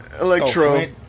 Electro